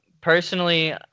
personally